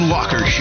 Walker